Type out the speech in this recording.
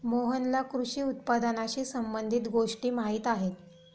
मोहनला कृषी उत्पादनाशी संबंधित गोष्टी माहीत आहेत